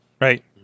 right